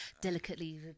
delicately